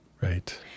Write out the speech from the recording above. Right